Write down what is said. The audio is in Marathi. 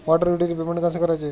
वॉटर युटिलिटी पेमेंट कसे करायचे?